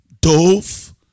dove